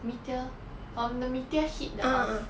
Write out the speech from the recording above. meteor on the meteor hit the earth